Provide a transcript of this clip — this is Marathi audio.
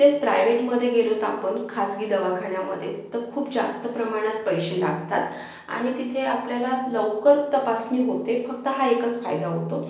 तेच प्रायवेटमध्ये गेलो तर आपण खाजगी दवाखान्यामध्ये तर खूप जास्त प्रमाणात पैसे लागतात आणि तिथे आपल्याला लवकर तपासणी होते फक्त हा एकच फायदा होतो